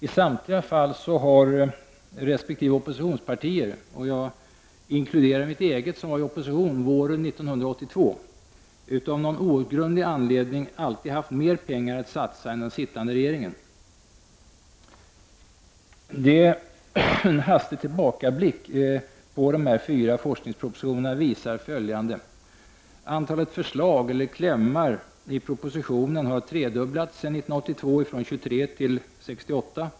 I samtliga fall har resp. oppositionspartier — och jag inkluderar mitt eget parti, som var i opposition våren 1982 — av någon outgrundlig anledning alltid haft mer pengar att satsa än den sittande regeringen. En hastig tillbakablick på dessa fyra forskningspropositioner visar följande: Antalet förslag, eller klämmar, i propositionen har tredubblats sedan 1982, från 23 till 68.